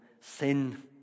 sin